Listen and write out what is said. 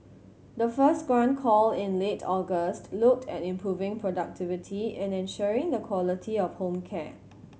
the first grant call in late August looked at improving productivity and ensuring the quality of home care